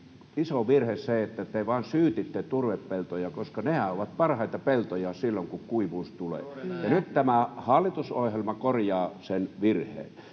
iso virhe, että te vain syytitte turvepeltoja, koska nehän ovat parhaita peltoja silloin, kun kuivuus tulee. Nyt tämä hallitusohjelma korjaa sen virheen,